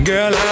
Girl